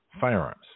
firearms